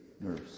nurse